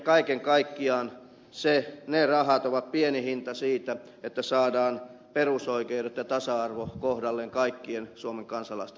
kaiken kaikkiaan ne rahat ovat pieni hinta siitä että saadaan perusoikeudet ja tasa arvo kohdalleen kaikkien suomen kansalaisten osalta